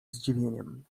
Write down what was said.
zdziwieniem